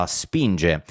spinge